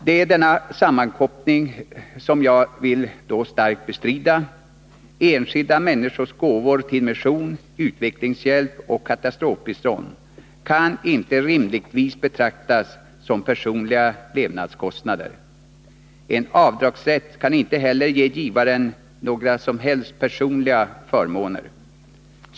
Det är denna sammankoppling som jag i detta sammanhang kraftigt vill bestrida. Enskilda människors gåvor till mission, utvecklingshjälp och katastrofbistånd kan inte rimligtvis betraktas som personliga levnadskostnader. En avdragsrätt kan inte heller ge givaren några som helst personliga förmåner.